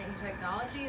technology